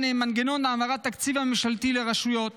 מנגנון העברת התקציב הממשלתי לרשויות